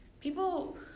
people